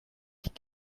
ich